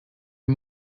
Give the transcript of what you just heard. are